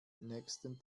nächsten